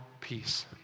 peace